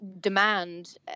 demand